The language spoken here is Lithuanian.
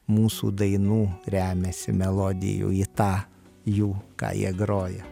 mūsų dainų remiasi melodijų į tą jų ką jie groja